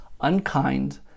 unkind